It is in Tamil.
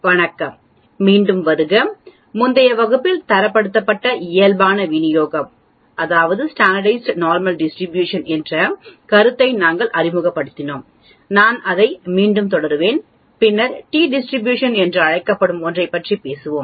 வணக்கம் மீண்டும் வருக முந்தைய வகுப்பில் தரப்படுத்தப்பட்ட இயல்பான விநியோகம் என்ற கருத்தை நாங்கள் அறிமுகப்படுத்தினோம் நான் அதை மீண்டும் தொடருவேன் பின்னர் t டிஸ்டிரிபியூஷன் என்று அழைக்கப்படும் ஒன்றைப் பற்றி பேசுவோம்